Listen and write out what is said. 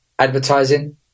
advertising